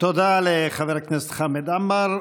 תודה לחבר הכנסת חמד עמאר.